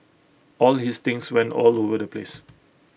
all his things went all over the place